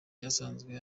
asanzwe